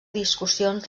discussions